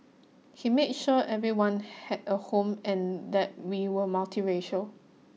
he made sure everyone had a home and that we were multiracial